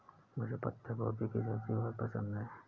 मुझे पत्ता गोभी की सब्जी बहुत पसंद है